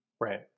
Right